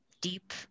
deep